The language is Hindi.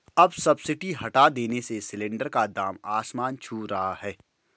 अब सब्सिडी हटा देने से सिलेंडर का दाम आसमान छू रहा है